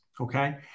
okay